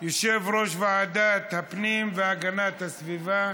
יושב-ראש ועדת הפנים והגנת הסביבה